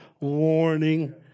warning